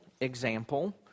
example